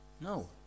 No